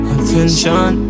Attention